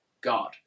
God